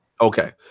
Okay